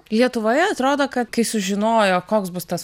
lietuvoje atrodo kad kai sužinojo koks bus tas